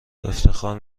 افتخار